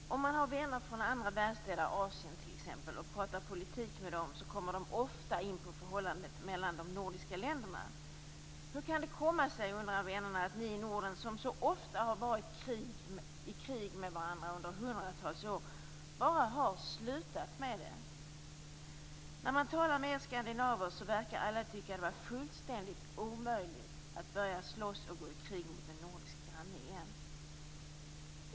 Fru talman! Om man pratar politik med vänner från andra världsdelar, t.ex. Asien, kommer de ofta in på förhållandet mellan den nordiska länderna. Hur kan det komma sig, undrar vännerna, att ni i Norden som så ofta har varit i krig med varandra under hundratals år helt enkelt har slutat med det? När man talar med skandinaver verkar alla tycka att det skulle vara fullständigt omöjligt att på nytt börja slåss och gå i krig med en nordisk granne.